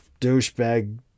douchebag